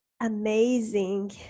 amazing